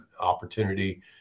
opportunity